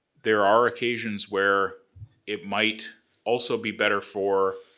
there are occasions where it might also be better for